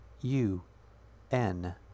U-N